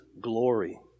glory